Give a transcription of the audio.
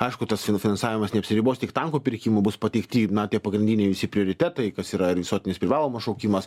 aišku tas finansavimas neapsiribos tik tankų pirkimu bus pateikti na tie pagrindiniai visi prioritetai kas yra ir visuotinis ir privalomas šaukimas